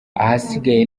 ahasigaye